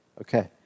Okay